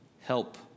help